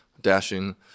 dashing